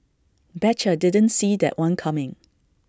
betcha didn't see that one coming